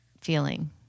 feeling